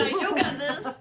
got this!